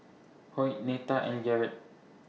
Hoyt Netta and Garret